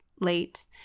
late